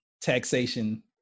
taxation